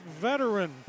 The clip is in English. veteran